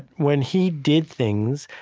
when he did things,